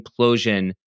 implosion